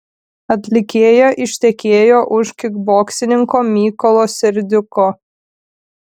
atlikėja ištekėjo už kikboksininko mykolo serdiuko